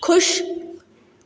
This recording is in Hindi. खुश